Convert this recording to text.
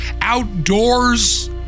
outdoors